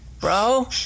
Bro